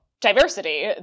diversity